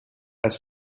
als